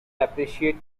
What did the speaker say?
appreciate